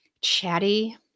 chatty